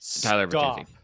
Tyler